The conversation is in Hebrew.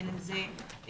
בין אם זה נערים,